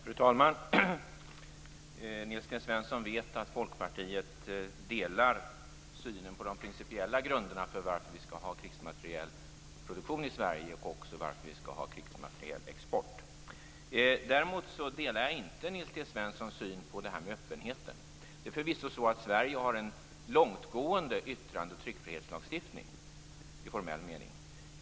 Fru talman! Nils T Svensson vet att Folkpartiet delar synen på de principiella grunderna för varför vi skall ha krigsmaterielproduktion i Sverige och varför vi också skall ha krigsmaterielexport. Däremot delar jag inte Nils T Svenssons syn på öppenheten. Det är förvisso så att Sverige har en långtgående yttrande och tryckfrihetslagstiftning i formell mening.